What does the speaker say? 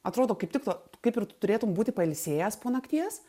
atrodo kaip tik to kaip ir turėtum būti pailsėjęs po nakties